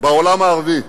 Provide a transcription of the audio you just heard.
בעולם הערבי,